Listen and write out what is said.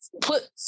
put